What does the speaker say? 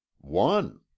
One